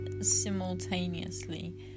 simultaneously